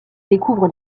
découvre